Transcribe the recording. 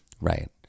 Right